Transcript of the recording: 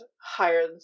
higher